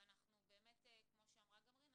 וכפי שאמרה גם רינה,